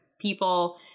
people